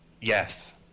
Yes